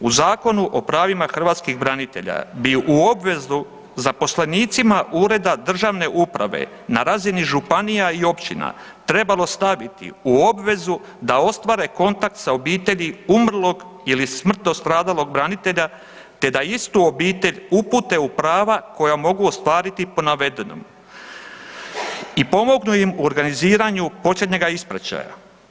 U Zakonu o pravima hrvatskih branitelja bi u obvezu zaposlenicima ureda državne uprave na razini županija i općina trebalo staviti u obvezu da ostvare kontakt sa obitelji umrlog ili smrtno stradalog branitelja, te da istu obitelj upute u prava koja mogu ostvariti po navedenom i pomognu im u organiziranju posljednjega ispraćaja.